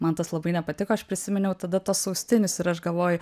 man tas labai nepatiko aš prisiminiau tada tuos austinius ir aš galvoju